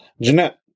Jeanette